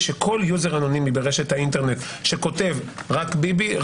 שכל יוזר אנונימי ברשת האינטרנט שכותב "רק ביבי",